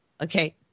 Okay